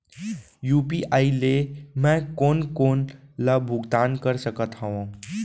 UPI ले मैं कोन कोन ला भुगतान कर सकत हओं?